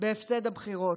בהפסד הבחירות.